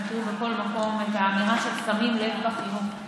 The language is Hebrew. אתם תראו בכל מקום את האמירה של "שמים לב בחינוך".